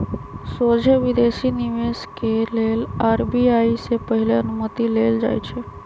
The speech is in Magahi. सोझे विदेशी निवेश के लेल आर.बी.आई से पहिले अनुमति लेल जाइ छइ